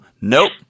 nope